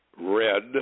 red